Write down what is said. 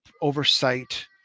oversight